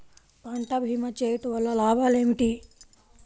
పంట భీమా చేయుటవల్ల లాభాలు ఏమిటి?